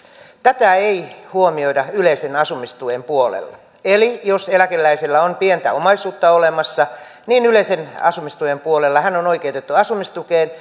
tätä ei huomioida yleisen asumistuen puolella eli jos eläkeläisellä on pientä omaisuutta olemassa niin yleisen asumistuen puolella hän on oikeutettu asumistukeen